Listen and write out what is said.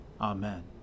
Amen